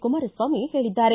ಕುಮಾರಸ್ವಾಮಿ ಹೇಳಿದ್ದಾರೆ